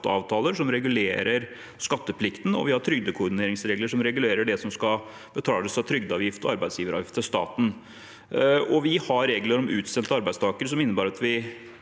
som regulerer skatteplikten, og vi har trygdekoordineringsregler som regulerer det som skal betales av trygdeavgift og arbeidsgiveravgift til staten. Vi har regler om utsendte arbeidstakere som innebærer at vi